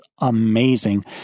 amazing